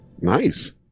Nice